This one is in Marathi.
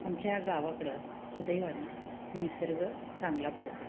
आमच्या गावाकडं सुदैवानं निसर्ग चांगला पडतो